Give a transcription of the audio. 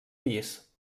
pis